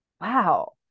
Wow